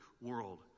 world